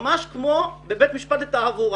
ממש כמו בבית המשפט לתעבורה